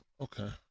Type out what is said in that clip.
Okay